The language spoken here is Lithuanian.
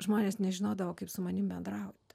žmonės nežinodavo kaip su manim bendraut